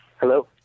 Hello